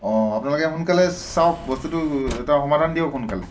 অঁ আপোনালোকে সোনকালে চাওক বস্তুটো এটা সমাধান দিয়ক সোনকালে